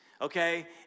okay